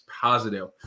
positive